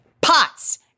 Pots